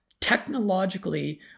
technologically